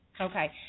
Okay